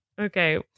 okay